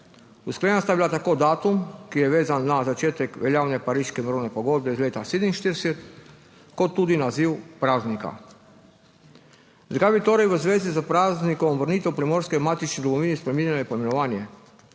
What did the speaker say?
Usklajena sta bila tako datum, ki je vezan na začetek veljavne Pariške mirovne pogodbe iz leta 1947, kot tudi naziv praznika. Zakaj bi torej v zvezi s praznikom vrnitev Primorske k matični domovini spreminjali poimenovanje?